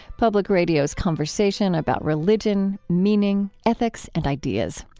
public radio's conversation about religion, meaning, ethics, and ideas.